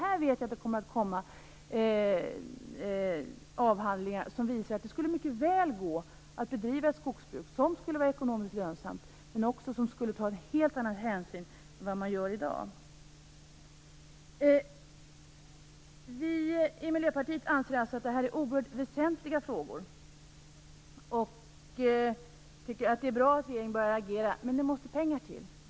Här kommer det också att komma avhandlingar som visar att det mycket väl skulle gå att bedriva ett skogsbruk som är ekonomiskt lönsamt men också tar en helt annan hänsyn än vad man gör i dag.